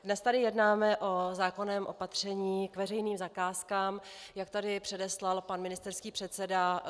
Dnes tady jednáme o zákonném opatření k veřejným zakázkám, jak tady předeslal pan ministerský předseda.